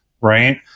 right